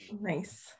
Nice